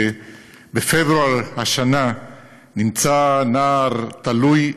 בפברואר השנה נמצא נער תלוי,